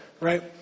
right